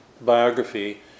biography